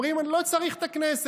אומרים: אני לא צריך את הכנסת,